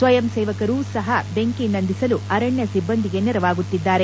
ಸ್ವಯಂ ಸೇವಕರು ಸಹ ಬೆಂಕಿ ನಂದಿಸಲು ಅರಣ್ಞ ಸಿಬ್ಲಂದಿಗೆ ನೆರವಾಗುತ್ತಿದ್ದಾರೆ